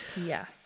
Yes